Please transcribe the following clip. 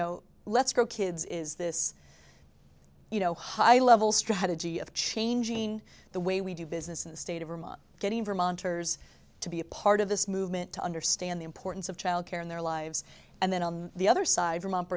know let's go kids is this you know high level strategy of changing the way we do business in the state of vermont getting vermonters to be a part of this movement to understand the importance of childcare in their lives and then on the other side